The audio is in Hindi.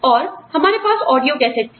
और हमारे पास ऑडियो कैसेट थी